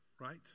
right